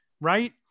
right